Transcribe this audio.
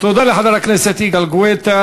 תודה לחבר הכנסת יגאל גואטה.